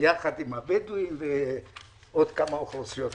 יחד עם הבדואים ואוכלוסיות אחרות.